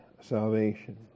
salvation